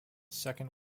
second